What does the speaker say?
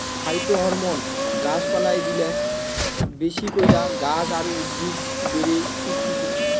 phytohormone গাছ পালায় দিলা বেশি কইরা গাছ আর উদ্ভিদ বেড়ে উঠতিছে